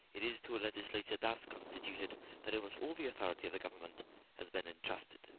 it is to a legislature thus constituted that almost all the authority of the government has been entrusted.